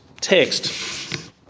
text